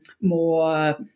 more